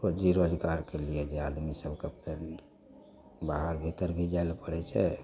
ओ बेरोजगारके लिये जे आदमी सबके फेर बाहर भीतर भी जाइ लए पड़ैत छै